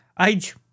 Age